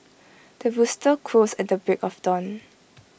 the rooster crows at the break of dawn